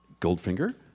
Goldfinger